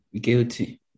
Guilty